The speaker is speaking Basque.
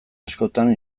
askotan